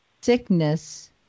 sickness